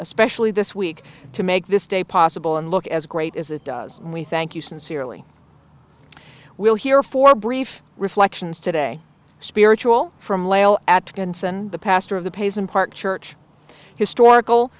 especially this week to make this day possible and look as great as it does and we thank you sincerely we'll here for brief reflections today spiritual from layla atkinson the pastor of the payson park church historical